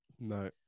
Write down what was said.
no